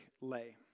lay